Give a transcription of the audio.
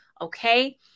okay